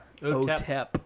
Otep